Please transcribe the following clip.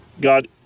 God